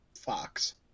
Fox